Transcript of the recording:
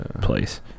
place